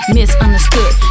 Misunderstood